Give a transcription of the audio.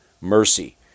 mercy